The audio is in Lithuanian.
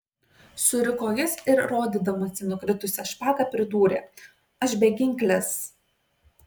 suriko jis ir rodydamas į nukritusią špagą pridūrė aš beginklis